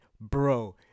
bro